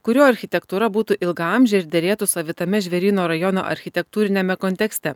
kurio architektūra būtų ilgaamžė ir derėtų savitame žvėryno rajono architektūriniame kontekste